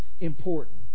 important